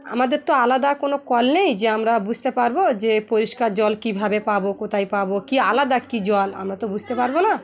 আমাদের তো আলাদা কোনো কল নেই যে আমরা বুঝতে পারব যে পরিষ্কার জল কীভাবে পাব কোথায় পাব কী আলাদা কী জল আমরা তো বুঝতে পারব না